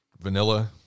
Vanilla